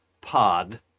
pod